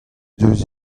deus